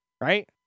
Right